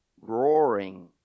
Roaring